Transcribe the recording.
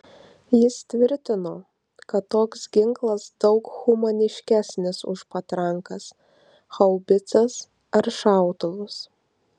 jis tvirtino kad toks ginklas daug humaniškesnis už patrankas haubicas ar šautuvus